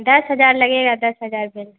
دس ہزار لگے گا دس ہزار